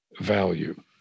value